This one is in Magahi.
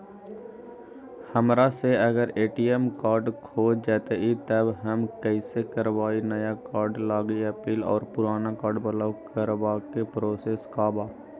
हमरा से अगर ए.टी.एम कार्ड खो जतई तब हम कईसे करवाई नया कार्ड लागी अपील और पुराना कार्ड ब्लॉक करावे के प्रोसेस का बा?